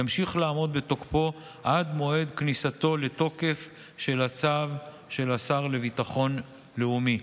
ימשיך לעמוד בתוקפו עד מועד כניסתו לתוקף של הצו של השר לביטחון לאומי.